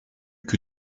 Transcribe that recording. que